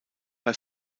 bei